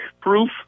proof